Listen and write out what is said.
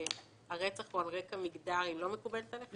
שהרצח הוא על רקע מגדרי לא מקובל עליכם?